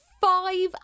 five